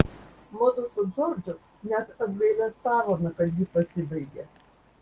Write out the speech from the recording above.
mudu su džordžu net apgailestavome kad ji pasibaigė